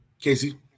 Casey